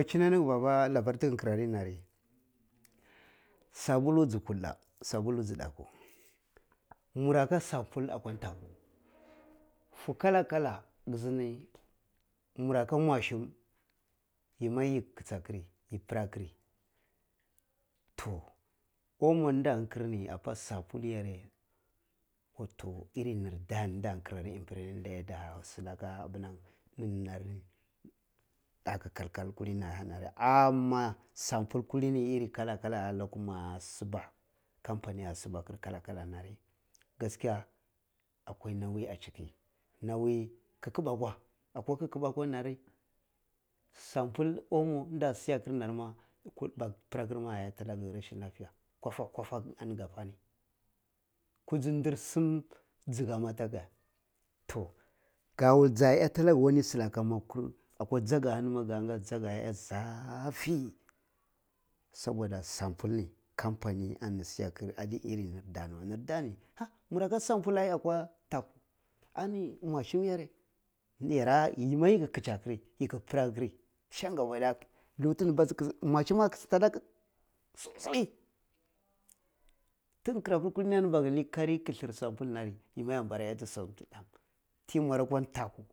Yi gwai chi ah nag a baba labar figi kira nai ah ri sabulu ji ta, sabulu ji kulae, mura ka sabidu akwa ntaku, fu kala-kala gi sindi mura ka machine, yi ma yi kichi akiri, yima yi pira akiri, toh mun da akiri apa sabul yare wato iri nir da niri si laka abinan, ini rari daku kalkal kulini ahanan, amma sabal kulini iri kala-kala allakuma a siba, company a siba kiri kalar-kala nari gaskiya akwai nawi ah chiki nawi kukubu akwa, akwa kukubu akwa nari sabul, omo nna siya kir na ma gi pina gir ma ah eh ti bge rashin lafiya kofa kofa ani ga kwa ni kuji dir sim jigga nar ma allaya toh ka wull ja iyati alaga wzini silaka ma akwa jiga garahani ma ka nga dsagheh ga ngati weh dsageh ah iya zafi soboda sanbul ni company ani siyarkir ani irin ni da ni weh, nir da ni ha mura ka sanbul ai akwa ndaku ani moshum yare yara yima ji ki kichi akiri ka pira kin san gabadaya intu ni bagi moshum ma ti gi kira pi ba gi ni kari sabulu ni yima yan para iyati tima rugu tau.